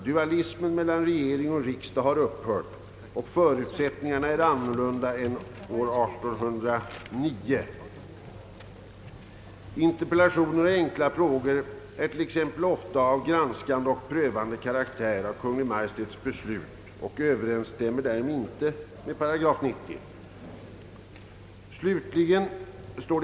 Dualismen mellan regering och riksdag har upphört, och förutsättningarna är nu annorlunda än 1809. Interpellationer och enkla frågor beträffande Kungl. Maj:ts beslut har ofta en granskande och prövande karaktär och överensstämmer därmed inte med regeringsformens § 90.